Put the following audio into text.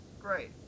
great